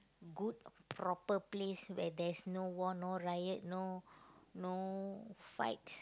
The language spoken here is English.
good proper place where there's no war no riot no no fight